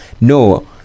No